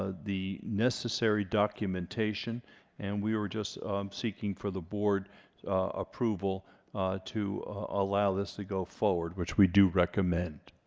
ah the necessary documentation and we were just seeking for the board approval to allow this to go forward which we do recommend.